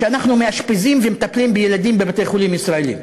שאנחנו מאשפזים ומטפלים בילדים בבתי-חולים ישראליים.